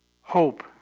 hope